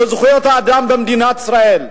בזכויות האדם במדינת ישראל?